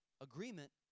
Agreement